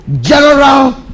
general